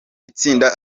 itsinda